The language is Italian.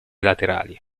laterali